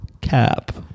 Cap